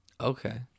Okay